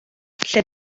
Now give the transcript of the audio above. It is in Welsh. lle